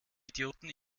idioten